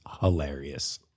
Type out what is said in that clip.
hilarious